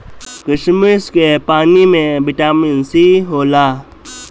किशमिश के पानी में बिटामिन सी होला